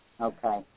Okay